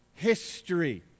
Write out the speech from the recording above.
History